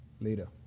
later